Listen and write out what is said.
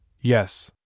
Yes